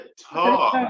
talk